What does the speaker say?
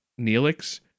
Neelix